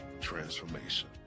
transformation